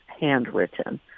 handwritten